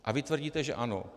Vy tvrdíte, že ano.